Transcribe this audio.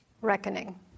reckoning